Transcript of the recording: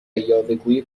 یاوهگویی